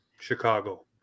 Chicago